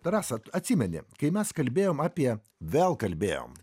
rasa atsimeni kai mes kalbėjom apie vėl kalbėjom